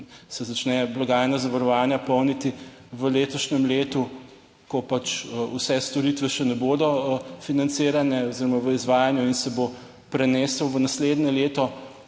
se začne blagajna zavarovanja polniti v letošnjem letu, ko pač vse storitve še ne bodo financirane oziroma v izvajanju in se bo prenesel v naslednje leto.